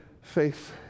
faith